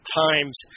times